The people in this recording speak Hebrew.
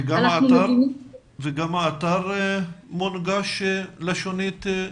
גם האתר מונגש לשונית?